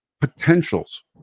potentials